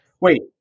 Wait